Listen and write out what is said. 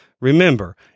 remember